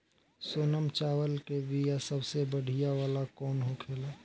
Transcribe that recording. सोनम चावल के बीया सबसे बढ़िया वाला कौन होखेला?